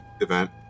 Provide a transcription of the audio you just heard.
event